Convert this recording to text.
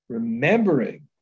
Remembering